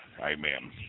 Amen